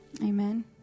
Amen